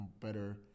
better